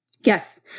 Yes